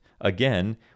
again